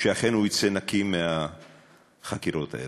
שאכן הוא יצא נקי מהחקירות האלה.